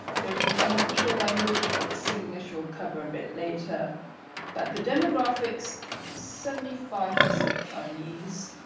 there's an unofficial language called singlish, we'll cover a bit later but the demographic's seventy five percent chinese,